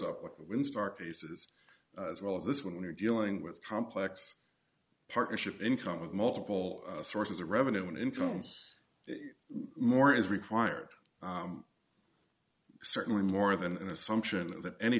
up when start cases as well as this when you're dealing with complex partnership income with multiple sources of revenue and incomes more is required certainly more than an assumption that any